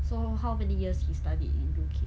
so how many years he studied in U_K